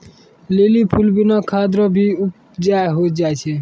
lily फूल बिना खाद रो भी उपजा होय जाय छै